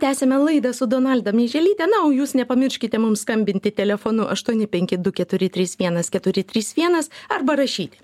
tęsiame laidą su donalda meiželyte na o jūs nepamirškite mums skambinti telefonu aštuoni penki du keturi trys vienas keturi trys vienas arba rašyti